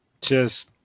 cheers